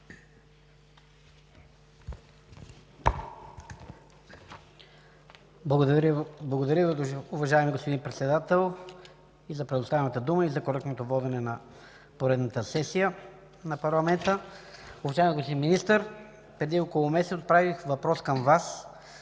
Благодаря Ви, уважаеми господин Председател, и за предоставената дума, и за коректното водене на поредната сесия на парламента. Уважаеми господин Министър, преди около месец отправих въпрос към Вас